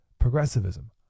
Progressivism